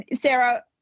Sarah